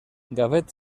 gavet